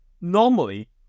Normally